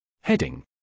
Heading